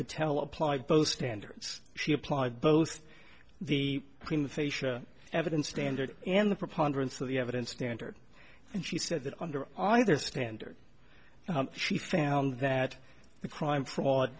patel applied both standards she applied both the prima facia evidence standard and the preponderance of the evidence standard and she said that under either standard she found that the crime fraud